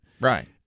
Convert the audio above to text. right